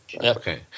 Okay